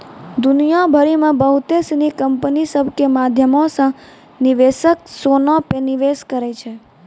दुनिया भरि मे बहुते सिनी कंपनी सभ के माध्यमो से निवेशक सोना पे निवेश करै छै